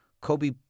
Kobe